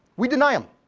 we deny them,